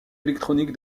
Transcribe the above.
électronique